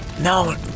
No